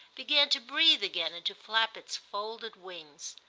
began to breathe again and to flap its folded wings.